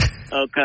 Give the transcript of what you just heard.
Okay